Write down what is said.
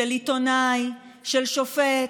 של עיתונאי, של שופט,